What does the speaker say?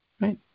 right